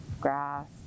grass